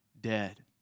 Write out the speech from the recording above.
dead